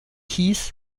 hieß